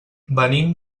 venim